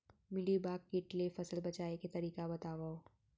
Mealybug किट ले फसल बचाए के तरीका बतावव?